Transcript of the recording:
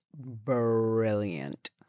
brilliant